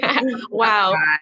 Wow